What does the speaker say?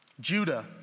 Judah